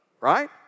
right